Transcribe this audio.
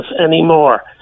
anymore